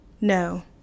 no